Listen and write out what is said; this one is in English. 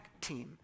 team